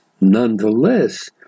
Nonetheless